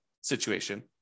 situation